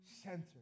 center